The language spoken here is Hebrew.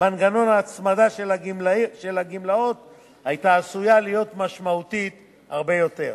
מנגנון ההצמדה של הגמלאות היתה עשויה להיות משמעותית הרבה יותר.